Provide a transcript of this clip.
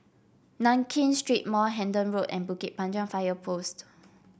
Nankin Street Mall Hendon Road and Bukit Panjang Fire Post